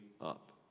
up